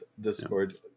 discord